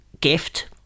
gift